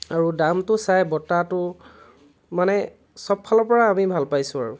আৰু দামটো চাই বতাহটো মানে চব ফালৰ পৰা আমি ভাল পাইছোঁ আৰু